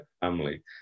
family